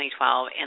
2012